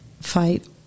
fight